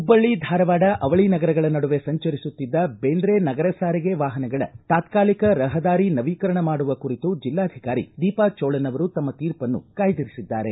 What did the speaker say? ಹುಬ್ಬಳ್ಳಿ ಧಾರವಾಡ ಅವಳಿ ನಗರಗಳ ನಡುವೆ ಸಂಚರಿಸುತ್ತಿದ್ದ ಬೇಂದ್ರೆ ನಗರ ಸಾರಿಗೆ ವಾಹನಗಳ ತಾತ್ಕಾಲಿಕ ರಹದಾರಿ ನವೀಕರಣ ಮಾಡುವ ಕುರಿತು ಜಿಲ್ಲಾಧಿಕಾರಿ ದೀಪಾ ಚೋಳನ್ ಅವರು ತಮ್ಮ ತೀರ್ಪನ್ನು ಕಾಯ್ದಿರಿಸಿದ್ದಾರೆ